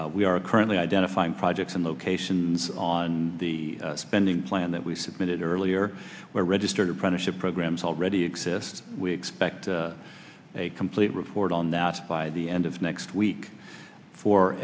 country we are currently identifying projects and locations on the spending plan that we submitted earlier where registered apprenticeship programs already exist we expect a complete report on that by the end of next week for